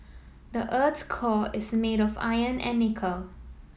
the earth's core is made of iron and nickel